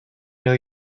know